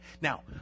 Now